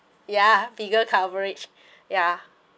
ya figure coverage ya